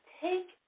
take